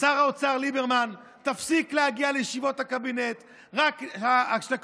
שר האוצר ליברמן: תפסיק להגיע לישיבות הקבינט של הקורונה,